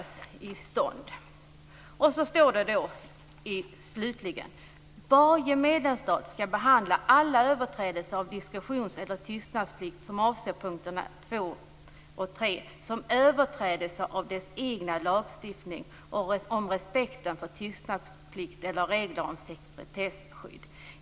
Slutligen heter det: "Varje medlemsstat skall behandla alla överträdelser av diskretions eller tystnadsplikten som avses i punkterna 2 eller 3 som överträdelser av dess egna lagstiftning om respekten för tystnadsplikt eller regler om sekretesskydd.